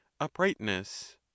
uprightness